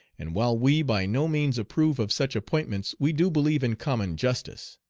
and while we by no means approve of such appointments we do believe in common justice.